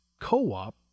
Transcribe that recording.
co-op